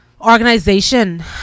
organization